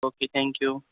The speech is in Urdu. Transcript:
okay thank you